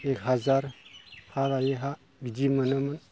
एक हाजार आराय हा बिदि मोनोमोन